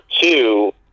two